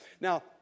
Now